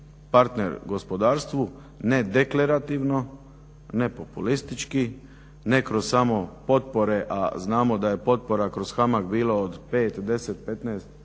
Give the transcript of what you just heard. partner gospodarstvu ne deklarativno, ne populistički, ne kroz samo potpore a znamo da je potpora kroz HAMAG bila od 5, 10, 15,